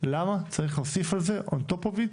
למה צריך להוסיף על זה on top of it